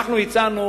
אנחנו הצענו